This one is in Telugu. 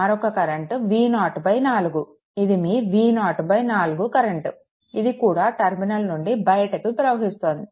మరొక కరెంట్ V0 4 ఇది మీ V0 4 కరెంట్ ఇది కూడా ఈ టర్మినల్ నుండి బయటికి ప్రవహిస్తోంది